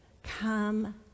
come